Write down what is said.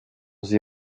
sie